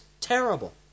terrible